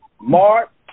Mark